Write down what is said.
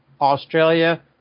Australia